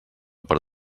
per